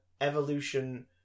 evolution